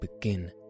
begin